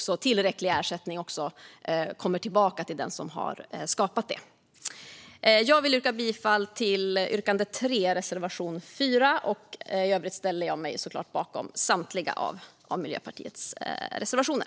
Upphovsrätten påden digitala inre marknaden Jag yrkar bifall till reservation 4, som handlar om vårt motionsyrkande 3. I övrigt ställer jag mig såklart bakom samtliga Miljöpartiets reservationer.